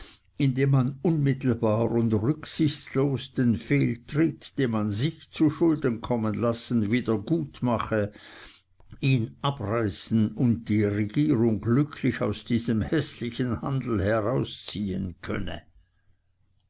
indem man unmittelbar und rücksichtslos den fehltritt den man sich zuschulden kommen lassen wiedergutmachte ihn abreißen und die regierung glücklich aus diesem häßlichen handel herausziehen könne